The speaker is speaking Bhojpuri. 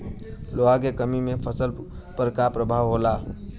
लोहा के कमी से फसल पर का प्रभाव होला?